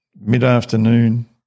mid-afternoon